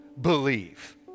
believe